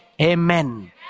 Amen